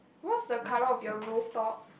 what's the colour of your rooftop